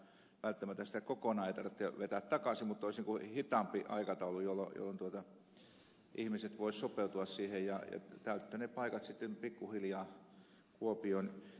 mutta kuitenkaan välttämättä sitä kokonaan ei tarvitse vetää takaisin mutta olisi hitaampi aikataulu jolloin ihmiset voisivat sopeutua siihen ja täyttää ne paikat sitten pikkuhiljaa kuopioon